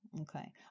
okay